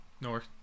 North